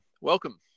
welcome